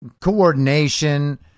coordination